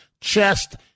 chest